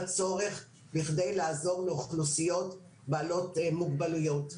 צורך בכדי לעזור לאוכלוסיות בעלות מוגבלויות.